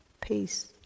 peace